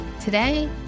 today